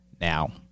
now